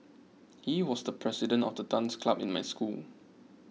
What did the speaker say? he was the president of the dance club in my school